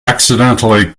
accidentally